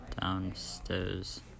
downstairs